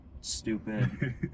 stupid